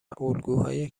الگوهای